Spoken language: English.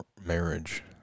marriage